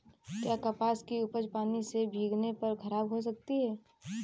क्या कपास की उपज पानी से भीगने पर खराब हो सकती है?